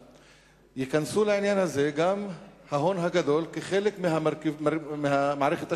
ייכנס לעניין הזה גם ההון הגדול כחלק ממערכת השיקולים.